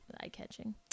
eye-catching